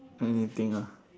anything lah